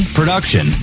production